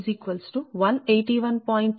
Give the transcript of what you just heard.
58 MW Pg2 181